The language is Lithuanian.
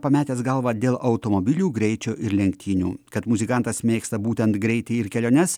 pametęs galvą dėl automobilių greičio ir lenktynių kad muzikantas mėgsta būtent greitį ir keliones